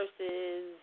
versus